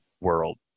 world